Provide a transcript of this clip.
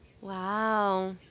Wow